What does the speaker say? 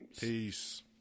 Peace